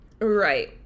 right